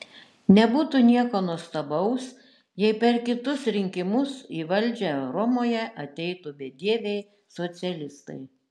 nebūtų nieko nuostabaus jei per kitus rinkimus į valdžią romoje ateitų bedieviai socialistai